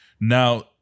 Now